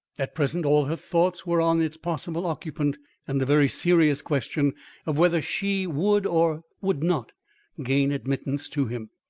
at present all her thoughts were on its possible occupant and the very serious question of whether she would or would not gain admittance to him.